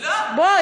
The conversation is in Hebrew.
בוא,